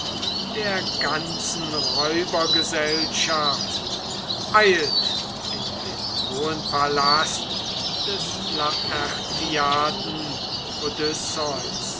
der ganzen räubergesellschaft eilt in den hohen palast des